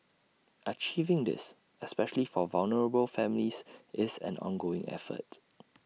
achieving this especially for vulnerable families is an ongoing effort